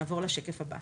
נעבור לשקף הבא.